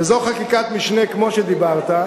וזו חקיקת משנה כמו שדיברת,